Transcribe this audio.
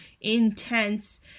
intense